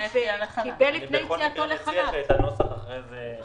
בכל מקרה, אני מציע שאת הנוסח --- בסדר.